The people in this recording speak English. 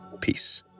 Peace